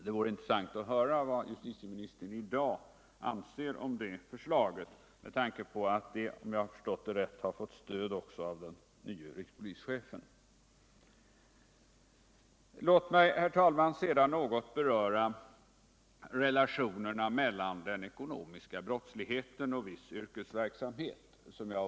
Det vore intressant att höra vad justitieministern i dag anser om det förslaget, med tanke på att det, om jag förstått det rätt, har fått stöd också av den nye rikspolischefen. Låt mig sedan, herr talman, något beröra relationerna mellan den ekonomiska brottsligheten och viss yrkesverksamhet.